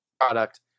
product